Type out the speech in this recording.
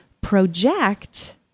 project